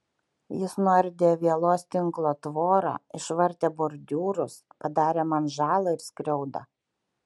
jis nuardė vielos tinklo tvorą išvartė bordiūrus padarė man žalą ir skriaudą